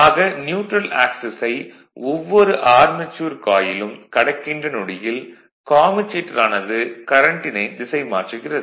ஆக நியூட்ரல் ஆக்சிஸை ஒவ்வொரு ஆர்மெச்சூர் காயிலும் கடக்கின்ற நொடியில் கம்யூடேட்டர் ஆனது கரண்ட்டினை திசை மாற்றுகிறது